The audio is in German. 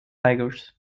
tigers